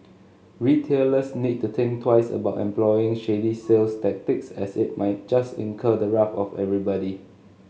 retailers need to think twice about employing shady sales tactics as it might just incur the wrath of everybody